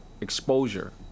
exposure